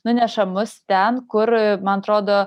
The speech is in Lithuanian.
nuneša mus ten kur man atrodo